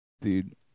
dude